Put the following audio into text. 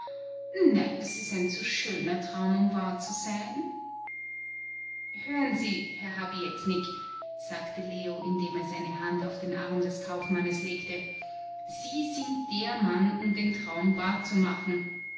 nein das ist ein zu schöner traum um wahr zu sein hören sie herr habietnik sagte leo indem er seine hand auf den arm des kaufmannes legte sie sind der mann um den traum wahr zu machen